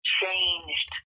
changed